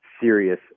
serious